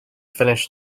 finish